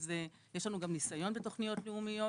יש לנו גם ניסיון בתוכניות לאומיות.